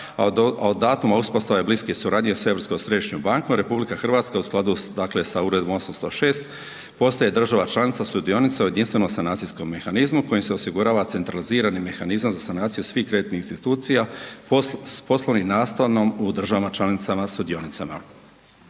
a od datuma uspostave bliske suradnje sa Europskom središnjom bankom, RH u skladu s dakle, Uredbom 806, postaje država članica sudionica u Jedinstvenom sanacijskom mehanizmu kojim se osigurava centralizirani mehanizam za sanaciju svih kreditnih institucija .../Govornik se ne razumije./... u država članicama sudionicama.